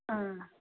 ꯎꯝ